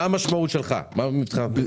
מה המשמעות מבחינתך?